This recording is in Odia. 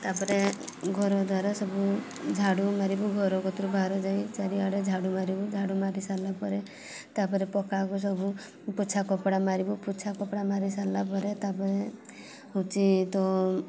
ତା'ପରେ ଘର ଦ୍ଵାର ସବୁ ଝାଡ଼ୁ ମାରିବୁ ଘର କତିରୁ ବାହାର ଯାଏ ଚାରିଆଡ଼େ ଝାଡ଼ୁ ମାରିବୁ ଝାଡ଼ୁ ମାରି ସାରିଲା ପରେ ତା'ପରେ ପକ୍କାକୁ ସବୁ ପୋଛା କପଡ଼ା ମାରିବୁ ପୋଛା କପଡ଼ା ମାରି ସାରିଲା ପରେ ତା'ପରେ ହୋଉଛି ତ